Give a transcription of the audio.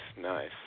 nice